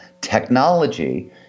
Technology